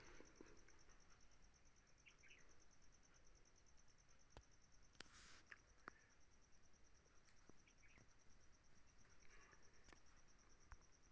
सवंगनीनंतर पावसाची शक्यता असन त त्याची सोय कशी लावा लागन?